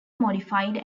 modified